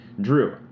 Drew